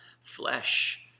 flesh